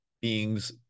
beings